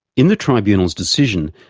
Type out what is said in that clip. in the tribunal's decision,